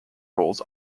roles